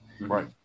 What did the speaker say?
Right